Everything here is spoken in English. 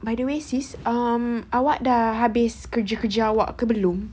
by the way sis um awak dah habis kerja-kerja awak ke belum